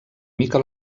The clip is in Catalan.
mica